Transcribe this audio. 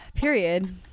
Period